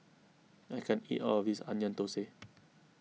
I can't eat all of this Onion Thosai